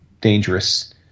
dangerous